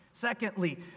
Secondly